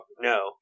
No